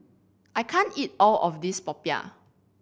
I can't eat all of this popiah